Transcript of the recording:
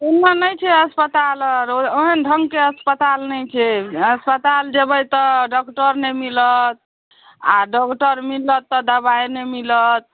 एम्हर नहि छै अस्पताल आओर ओहन ढङ्गके अस्पताल नहि छै अस्पताल जेबै तऽ डॉक्टर नहि मिलत आ डॉक्टर मिलत तऽ दबाइ नहि मिलत